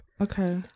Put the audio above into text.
Okay